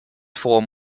form